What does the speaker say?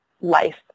life